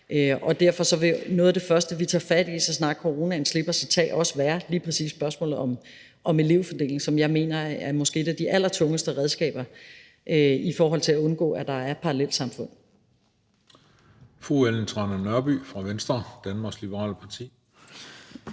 og derfor vil noget af det første, vi tager fat i, så snart coronaen slipper sit tag, også være lige præcis spørgsmålet om elevfordeling, som jeg mener er et af de allervigtigste redskaber i forhold til at undgå, at der er parallelsamfund. Kl. 13:23 Den fg. formand (Christian Juhl):